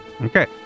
Okay